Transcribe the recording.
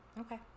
Okay